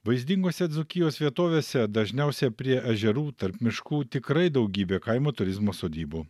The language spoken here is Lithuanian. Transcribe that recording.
vaizdingose dzūkijos vietovėse dažniausia prie ežerų tarp miškų tikrai daugybė kaimo turizmo sodybų